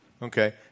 Okay